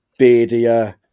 beardier